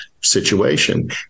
situation